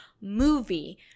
movie